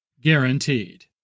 guaranteed